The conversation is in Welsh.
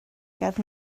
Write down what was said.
ger